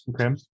Okay